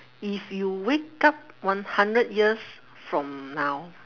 if you wake up one hundred years from now